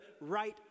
right